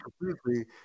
completely